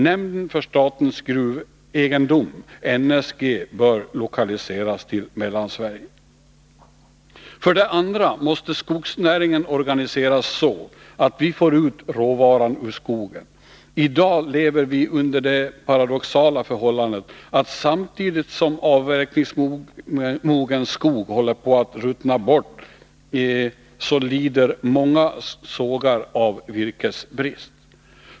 Nämnden för statens gruvegendom, NSG, bör lokaliseras till Mellansverige. För det andra måste skogsnäringen organiseras så, att vi får ut råvaran ur skogen. I dag lever vi med det paradoxala förhållandet att samtidigt som avverkningsmogen skog håller på att ruttna bort lider många sågar av virkesbrist.